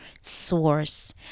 source